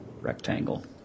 rectangle